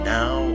now